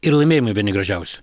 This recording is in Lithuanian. ir laimėjimai vieni gražiausių